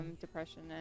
depression